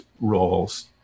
roles